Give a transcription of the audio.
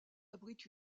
abrite